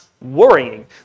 worrying